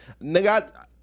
nigga